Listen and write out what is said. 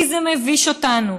כי זה מביש אותנו.